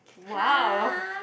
!wow!